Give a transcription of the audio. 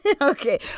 Okay